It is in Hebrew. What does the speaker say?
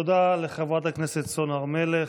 תודה לחברת הכנסת סון הר מלך.